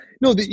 no